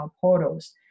portals